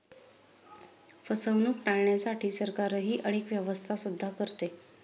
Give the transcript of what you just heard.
फसवणूक टाळण्यासाठी सरकारही अनेक व्यवस्था सुद्धा करते